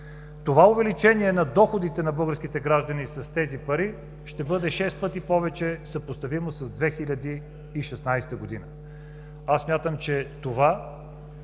Това увеличение на доходите на българските граждани с тези пари ще бъде шест пъти повече съпоставимо с 2016 г. Смятам, че това